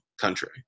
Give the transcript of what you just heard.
country